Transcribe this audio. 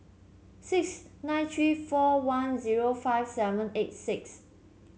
six nine three four one zero five seven eight six